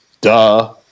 duh